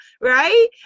right